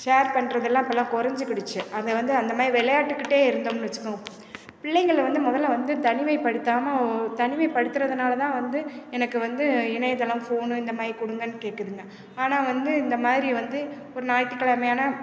share பண்ணுறதல்லாம் இப்போல்லாம் குறஞ்சிக்கிடிச்சு அங்கே வந்து அந்த மாதிரி விளையாண்டுக்கிட்டே இருந்தும்னு வச்சுக்கோங்க பிள்ளைங்களை வந்து முதல்ல வந்து தனிமைப்படுத்தாமல் தனிமைப் படுத்துகிறதுனால தான் வந்து எனக்கு வந்து இணையதளம் ஃபோனு இந்த மாதிரி கொடுங்கன்னு கேட்குதுங்க ஆனால் வந்து இந்த மாதிரி வந்து ஒரு ஞாயிற்றுக் கிழமையானா